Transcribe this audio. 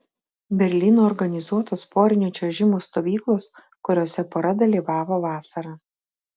berlyne organizuotos porinio čiuožimo stovyklos kuriose pora dalyvavo vasarą